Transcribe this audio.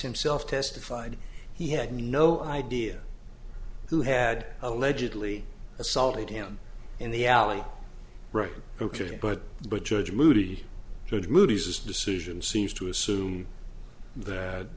himself testified he had no idea who had allegedly assaulted him in the alley right ok but but judge moody should movies as decision seems to assume that